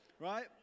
Right